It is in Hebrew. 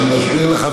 אני מסביר לך,